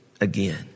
again